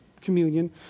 communion